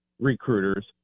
recruiters